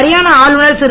அரியானா ஆளுநர் திரு